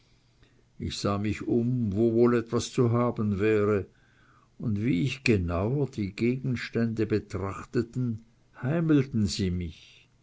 ich sah mich um wo wohl etwas zu haben wäre und wie ich genauer die gegenstände betrachtete heimelten sie mich